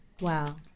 Wow